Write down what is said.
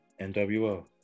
NWO